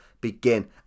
begin